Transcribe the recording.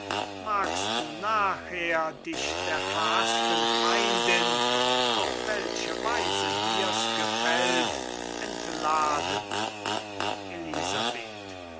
magst du nachher dich der verhaßten feindin auf welche weise dir's gefällt entladen elisabeth